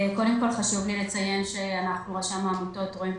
קודם כל חשוב לי לציין שרשם העמותות רואה את